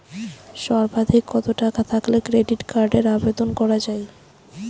সর্বাধিক কত টাকা থাকলে ক্রেডিট কার্ডের আবেদন করা য়ায়?